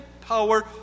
power